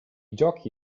giochi